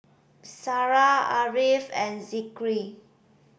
Sarah Ariff and Zikri